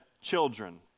children